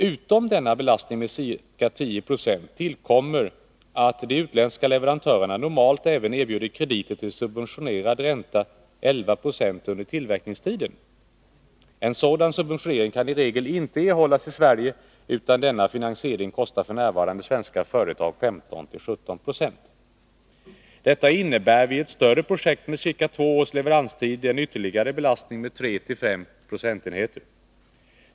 Utom denna belastning med ca 10 20 tillkommer att de utländska leverantörerna normalt även erbjuder krediter till en subventionerad ränta på 11 96 under tillverkningstiden. En sådan subventionering kan i regel inte erhållas i Sverige, utan denna finansiering kostar f.n. svenska företag 15-17 Ro. Detta innebär vid ett större projekt med ca två års leveranstid en ytterligare belastning med 3-5 20.